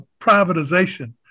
privatization